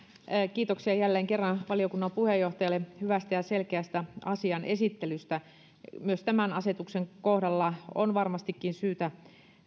kiitoksia jälleen kerran valiokunnan puheenjohtajalle hyvästä ja selkeästä asian esittelystä myös tämän asetuksen kohdalla on varmastikin syytä